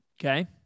Okay